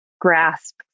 grasp